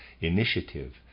initiative